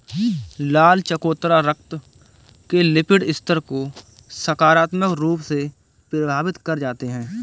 लाल चकोतरा रक्त के लिपिड स्तर को सकारात्मक रूप से प्रभावित कर जाते हैं